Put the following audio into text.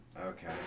Okay